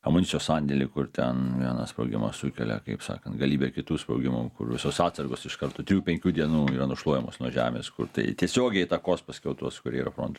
amunicijos sandėlį kur ten vienas sprogimas sukelia kaip sakant galybę kitų sprogimų kur visos atsargos iš karto trijų penkių dienų yra nušluojamas nuo žemės kur tai tiesiogiai įtakos paskiau tuos kurie yra fronte